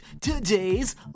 today's